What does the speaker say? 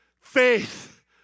Faith